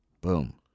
Boom